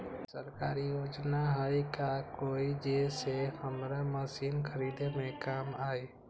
सरकारी योजना हई का कोइ जे से हमरा मशीन खरीदे में काम आई?